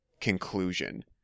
conclusion